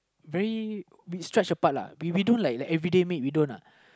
very we stretched apart lah we we don't like everyday meet we don't lah